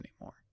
anymore